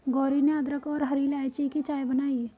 गौरी ने अदरक और हरी इलायची की चाय बनाई